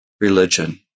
religion